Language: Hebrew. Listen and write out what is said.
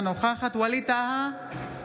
אינה נוכחת ווליד טאהא,